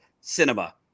Cinema